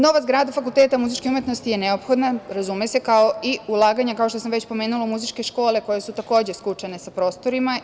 Nova zgrada Fakulteta muzičke umetnosti je neophodna, razume se, kao i ulaganja, kao što sam već pomenula, u muzičke škole, koje su takođe skučene sa prostorima.